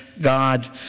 God